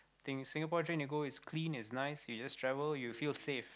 think Singapore train you go is clean is nice you just travel you feel safe